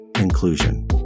inclusion